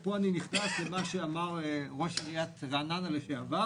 ופה אני נכנס למה שאמר ראש עיריית רעננה לשעבר